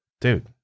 dude